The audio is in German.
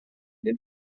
den